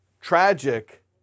tragic